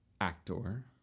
actor